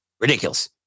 Ridiculous